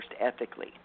ethically